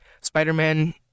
Spider-Man